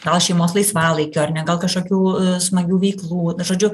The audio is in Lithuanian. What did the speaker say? gal šeimos laisvalaikio ar ne gal kažkokių smagių veiklų na žodžiu